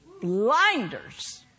blinders